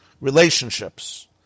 relationships